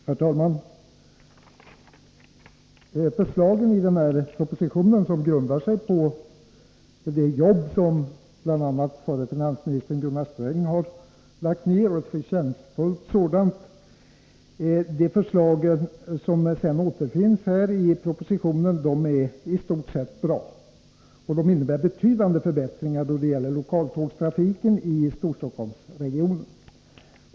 Herr talman! Förslagen i propositionen, som grundar sig på det förtjänstfulla arbete som bl.a. förre finansministern Gunnar Sträng lagt ned, är i stort sett bra och innebär betydande förbättringar då det gäller lokaltågstrafiken i Storstockholmsregionen.